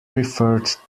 referred